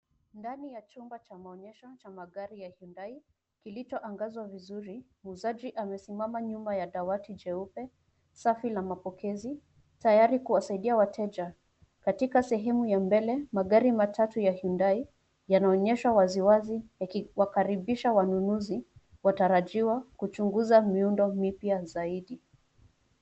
Ndani ya chumba cha maonyesho cha magari ya hyundai kilichoangazwa vizuri. Muuzaji amesimama nyuma ya dawati jeupe, safu la mapokezi tayari kuwasaidia wateja. Katika sehemu ya mbele, magari matatu ya hyundai yanaoneshwa waziwazi yakiwakaribisha wanunuzi watarajiwa kuchunguza miundo mipya zaidi.